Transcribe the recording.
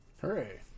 Hooray